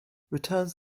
returns